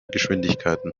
geschwindigkeiten